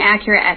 accurate